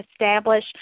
establish